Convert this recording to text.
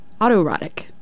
autoerotic